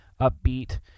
upbeat